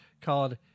called